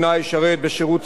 לאומי או אזרחי,